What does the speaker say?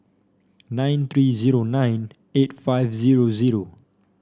nine three zero nine eight five zero zero